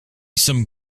some